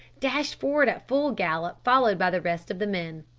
dashed forward at full gallop followed by the rest of the men.